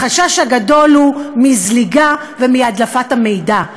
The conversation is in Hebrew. החשש הגדול הוא מזליגה ומהדלפת המידע.